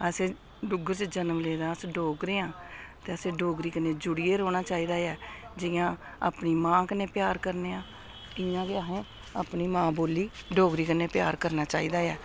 असें डुग्गर च जनम लेदा अस डोगरे आं ते असें डोगरी कन्नै जुड़ियै रौह्ना चाहिदा ऐ जियां अपनी मां कन्नै प्यार करने आं इ'यां गै असें अपनी मां बोली डोगरी कन्नै प्यार करना चाहिदा ऐ